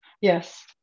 yes